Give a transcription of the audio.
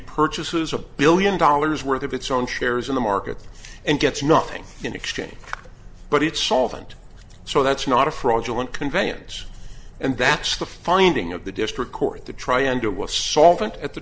repurchase is a billion dollars worth of it's own shares in the market and gets nothing in exchange but it's solvent so that's not a fraudulent conveyance and that's the finding of the district court to try and do a solvent at the